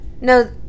no